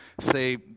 say